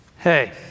Hey